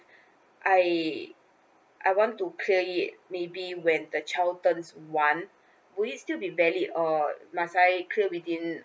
I I want to clear it maybe when the child turns one would it still be valid or must I clear within